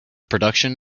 production